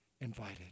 invited